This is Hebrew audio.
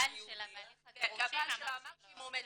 שהבעל שלה בהליך הגירושין אמר שהיא מאומצת.